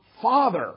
father